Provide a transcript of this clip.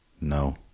no